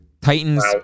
Titans